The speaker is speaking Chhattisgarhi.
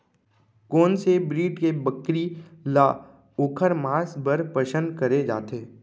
कोन से ब्रीड के बकरी ला ओखर माँस बर पसंद करे जाथे?